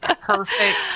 Perfect